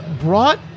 brought